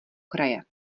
kraje